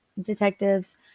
detectives